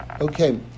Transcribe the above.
Okay